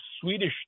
Swedish